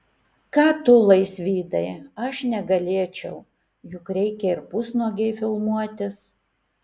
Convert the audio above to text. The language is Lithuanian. ką tu laisvydai aš negalėčiau juk reikia ir pusnuogei filmuotis